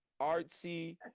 artsy